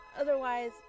otherwise